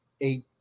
eight